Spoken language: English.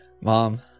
Mom